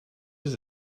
does